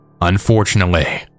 Unfortunately